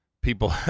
people